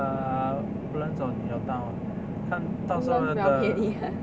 err woodlands 走你有到看到时候的